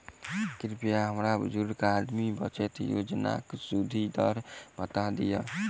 कृपया हमरा बुजुर्ग आदमी बचत योजनाक सुदि दर बता दियऽ